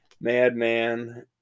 Madman